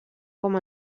com